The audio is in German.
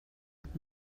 und